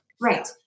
Right